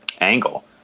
angle